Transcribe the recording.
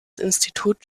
institut